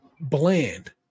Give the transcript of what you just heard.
Bland